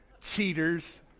Cheaters